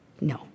No